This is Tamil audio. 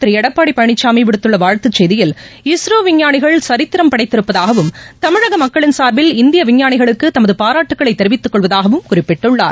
திருஎடப்பாடிபழனிசாமிவிடுத்துள்ளவாழ்த்துசெய்தியில் இஸ்ரோவிஞ்ஞானிகள் சரித்திரம் முதலமைச்சர் படைத்திருப்பதாகவும் தமிழகமக்களின் சார்பில் இந்தியவிஞ்ஞானிகளுக்குதமது பாராட்டுகளைதெரிவித்துக்கொள்வதாகவும் குறிப்பிட்டுள்ளார்